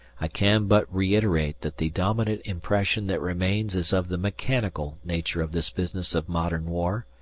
i can but reiterate that the dominant impression that remains is of the mechanical nature of this business of modern war,